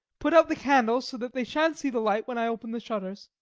put out the candles, so that they shan't see the light when i open the shutters.